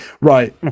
Right